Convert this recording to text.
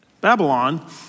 Babylon